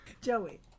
Joey